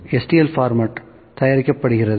stl format தயாரிக்கப்படுகிறது